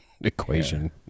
equation